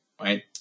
right